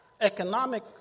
economic